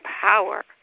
power